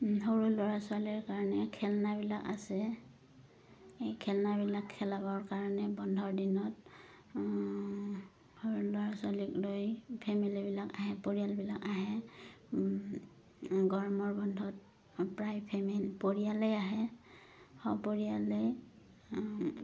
সৰু ল'ৰা ছোৱালীৰ কাৰণে খেলনাবিলাক আছে এই খেলনাবিলাক খেলাবৰ কাৰণে বন্ধৰ দিনত সৰু ল'ৰা ছোৱালীক লৈ ফেমিলিবিলাক আহে পৰিয়ালবিলাক আহে গৰমৰ বন্ধত প্ৰায় পৰিয়ালেই আহে সপৰিয়ালে